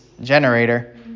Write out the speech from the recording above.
generator